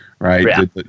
Right